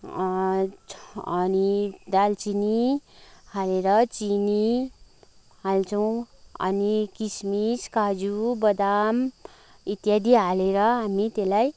अनि दालचिनी हालेर चिनी हाल्छौँ अनि किसमिस काजु बदाम इत्यादी हालेर हामी त्यसलाई